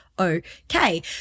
okay